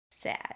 sad